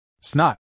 Snot